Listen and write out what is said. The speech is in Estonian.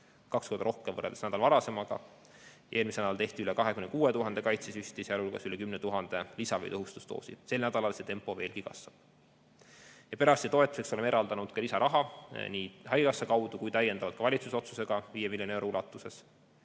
kaks korda rohkem võrreldes nädal varasemaga. Eelmisel nädalal tehti üle 26 000 kaitsesüsti, sealhulgas üle 10 000 lisa‑ või tõhustusdoosi. Sel nädalal see tempo veelgi kasvab. Perearstide toetuseks oleme eraldanud lisaraha nii haigekassa kaudu kui ka täiendavalt valitsuse otsusega 5 miljonit eurot,